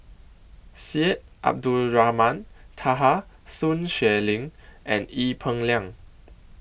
Syed Abdulrahman Taha Sun Xueling and Ee Peng Liang